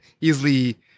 easily